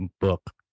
book